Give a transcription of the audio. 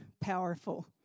powerful